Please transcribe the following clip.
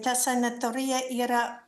ta sanatorija yra